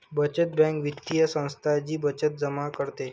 बचत बँक वित्तीय संस्था जी बचत जमा करते